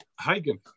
Hagen